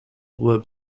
were